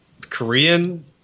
Korean